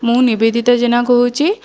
ମୁଁ ନିବେଦିତା ଜେନା କହୁଛି